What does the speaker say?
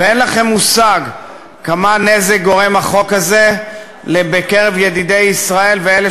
ואין לכם מושג כמה נזק גורם החוק הזה בקרב ידידי ישראל ואלה